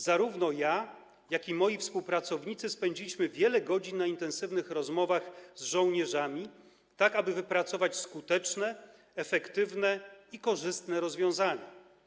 Zarówno ja, jak i moi współpracownicy, spędziliśmy wiele godzin na intensywnych rozmowach z żołnierzami, tak aby wypracować skuteczne, efektywne i korzystne rozwiązania.